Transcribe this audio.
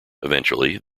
eventually